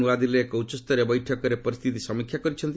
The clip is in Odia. ନ୍ତୁଆଦିଲ୍ଲୀରେ ଏକ ଉଚ୍ଚସ୍ତରୀୟ ବୈଠକରେ ପରିସ୍ଥିତି ସମୀକ୍ଷା କରିଛନ୍ତି